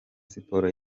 siporo